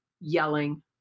yelling